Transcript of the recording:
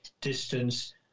distance